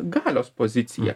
galios poziciją